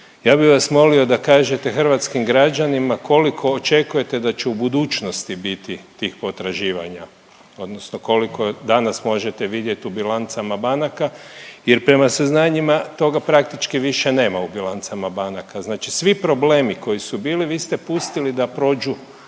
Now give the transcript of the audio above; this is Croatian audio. Ja bih vas molio da kažete hrvatskim građanima koliko očekujete da će u budućnosti biti tih potraživanja, odnosno koliko danas možete vidjeti u bilancama banaka jer prema saznanjima toga praktički više nema u bilancama banaka. Znači svi problemi koji su bili vi ste pustili da prođu